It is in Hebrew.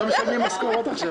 גם הליכוד הסכים להקפאה,